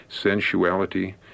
sensuality